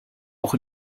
auch